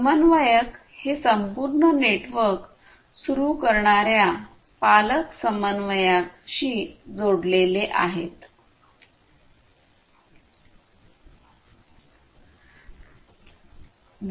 समन्वयक हे संपूर्ण नेटवर्क सुरू करणार्या पालक समन्वयाशी जोडलेले आहेत